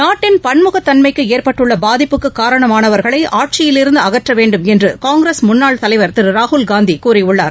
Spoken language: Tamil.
நாட்டின் பன்முகத்தன்மைக்கு ஏற்பட்டுள்ள பாதிப்புக்கு காரணமானவர்களை ஆட்சியிலிருந்து அகற்றவேண்டும் என்று காங்கிரஸ் முன்னாள் தலைவர் திரு ராகுல்காந்தி கூறியுள்ளார்